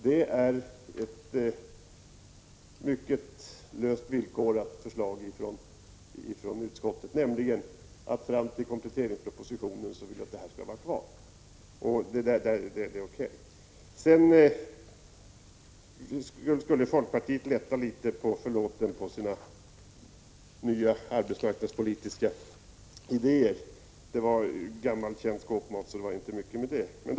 Det är ett mycket löst villkorat förslag från utskottet, nämligen att fram till kompletteringspropositionen vill vi att det stödet skall vara kvar. Sedan skulle folkpartiet lätta på förlåten i fråga om sina nya arbetsmarknadspolitiska idéer, men det var inte mycket med det utan bara gammal känd skåpmat.